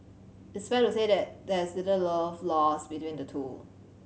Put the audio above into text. it's fair to say that there's little love lost between the two